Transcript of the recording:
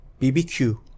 BBQ